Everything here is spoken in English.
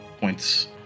points